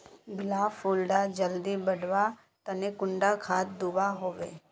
गुलाब फुल डा जल्दी बढ़वा तने कुंडा खाद दूवा होछै?